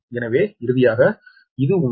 எனவே இறுதியாக இது உங்கள் 𝑿𝒈3 𝒑